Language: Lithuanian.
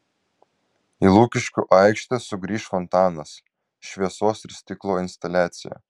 į lukiškių aikštę sugrįš fontanas šviesos ir stiklo instaliacija